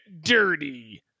dirty